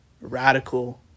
radical